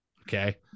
Okay